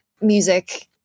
music